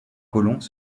colons